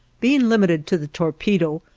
being limited to the torpedo,